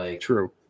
True